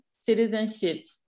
citizenship